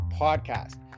podcast